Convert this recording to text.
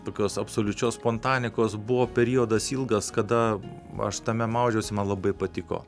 tokios absoliučios spontanikos buvo periodas ilgas kada aš tame maudžiausi man labai patiko